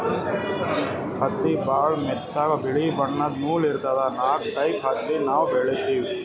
ಹತ್ತಿ ಭಾಳ್ ಮೆತ್ತಗ ಬಿಳಿ ಬಣ್ಣದ್ ನೂಲ್ ಇರ್ತದ ನಾಕ್ ಟೈಪ್ ಹತ್ತಿ ನಾವ್ ಬೆಳಿತೀವಿ